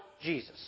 Jesus